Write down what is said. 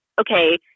okay